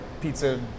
pizza